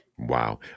Wow